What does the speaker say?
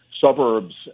suburbs